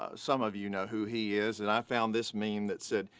ah some of you know who he is, and i found this meme that said.